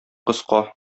кыска